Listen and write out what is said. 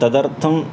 तदर्थम्